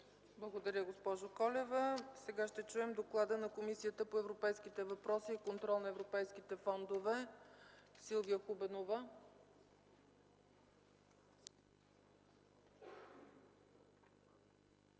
Благодаря, госпожо Колева. Сега ще изслушаме Доклада на Комисията по европейските въпроси и контрол на европейските фондове. Имате думата, госпожо